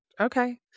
Okay